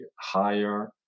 higher